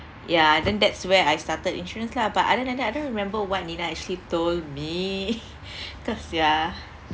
ya then that's where I started insurance lah but other than that I don't remember what nina actually told me cause ya